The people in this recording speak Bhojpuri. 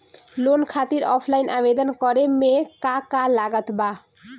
लोन खातिर ऑफलाइन आवेदन करे म का का लागत बा?